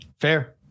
Fair